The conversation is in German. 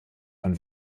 von